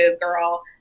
girl